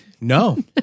No